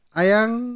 ayang